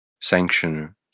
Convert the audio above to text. sanctioner